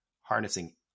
harnessing